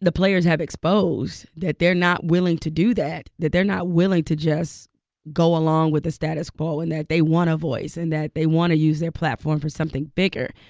the players have exposed that they're not willing to do that, that they're not willing to just go along with the status quo, and that they want a voice, and that they want to use their platform for something bigger,